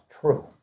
true